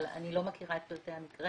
אבל אני לא מכירה את פרטי המקרה